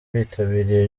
bitabiriye